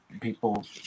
people